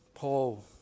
Paul